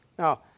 Now